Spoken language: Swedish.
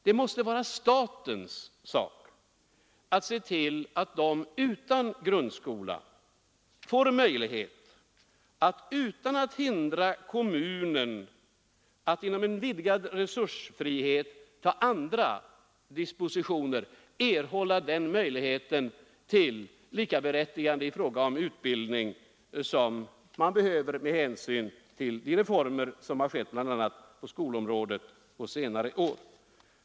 Det måste vara statens sak att se till att människor som saknar grundskoleutbildning — utan att hindra kommunen att inom en vidgad resursfrihet vidta andra dispositioner — får de möjligheter till likaberättigande i fråga om utbildning som fordras med hänsyn till de reformer som har skett på skolområdet under senare år.